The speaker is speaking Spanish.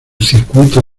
circuito